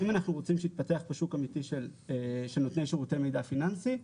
אם אנחנו רוצים שיתפתח כאן שוק אמיתי של נותני שירותי מידע פיננסי,